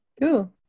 cool